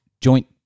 joint